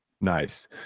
Nice